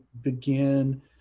begin